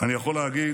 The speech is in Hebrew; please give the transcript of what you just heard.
אני יכול להגיד,